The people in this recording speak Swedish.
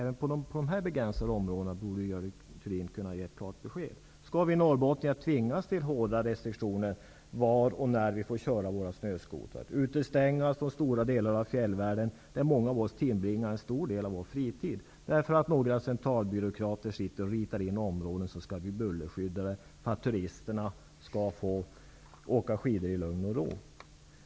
Vad det gäller de här begränsade områdena borde Görel Thurdin kunna ge ett klart besked. Skall vi norrbottningar tvingas till hårda restriktioner för var och när vi får köra våra snöskotrar? Skall vi utestängas från stora delar av fjällvärlden, där många av oss tillbringar en stor del av vår fritid, därför att några centralbyråkrater sitter och ritar in områden som skall bli bullerskyddade för att turisterna skall få åka skidor i lugn och ro?